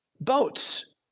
boats